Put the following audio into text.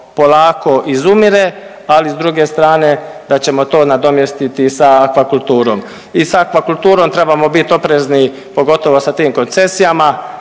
polako izumire, ali s druge strane da ćemo to nadomjestiti sa aquakulturom. I sa aquakulturom trebamo biti oprezni pogotovo sa tim koncesijama.